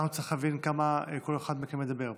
אני לא מצליח להבין כמה כל אחד מכם מדבר.